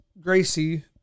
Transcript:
Gracie